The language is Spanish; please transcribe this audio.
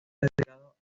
dedicado